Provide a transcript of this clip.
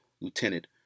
Lieutenant